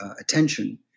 attention